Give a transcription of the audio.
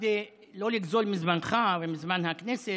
כדי שלא לגזול מזמנך ומזמן הכנסת,